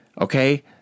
okay